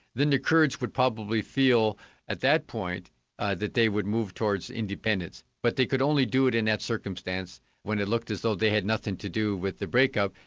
then the kurds would probably feel at that point that they would move towards independence, but they could only do it in that circumstances when it looked as though they had nothing to do with the break-up,